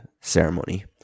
ceremony